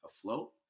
afloat